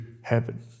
heaven